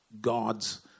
God's